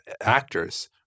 actors